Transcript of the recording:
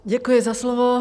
Děkuji za slovo.